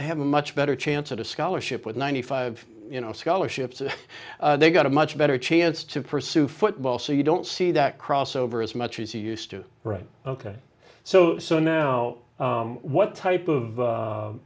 have a much better chance at a scholarship with ninety five you know scholarships they've got a much better chance to pursue football so you don't see that crossover as much as he used to write ok so so now what type of